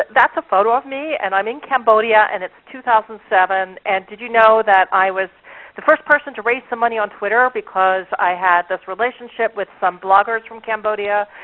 that's a photo of me, and i'm in cambodia, and it's two thousand and seven. and did you know that i was the first person to raise some money on twitter because i had this relationship with some bloggers from cambodia?